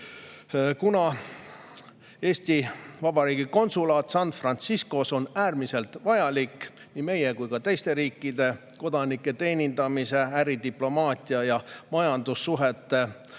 Eesti Vabariigi konsulaat San Franciscos on äärmiselt vajalik nii meie kui ka teiste riikide kodanike teenindamise, äridiplomaatia ja majandussuhete